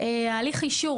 הליך האישור.